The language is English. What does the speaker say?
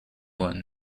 one